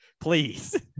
please